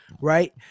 right